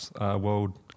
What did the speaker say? World